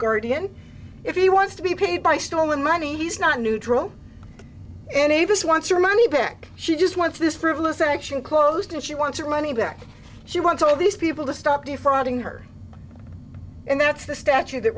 guardian if he wants to be paid by stolen money he's not neutral any of us wants your money back she just wants this frivolous action closed and she wants your money back she wants all of these people to stop defrauding her and that's the statute that